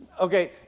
Okay